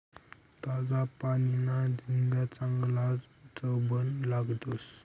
ताजा पानीना झिंगा चांगलाज चवबन लागतंस